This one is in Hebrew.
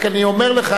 רק אני אומר לך,